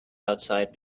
outside